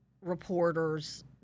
reporters